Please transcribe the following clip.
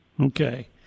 Okay